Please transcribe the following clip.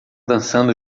dançando